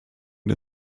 der